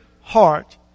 heart